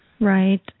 Right